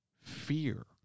fear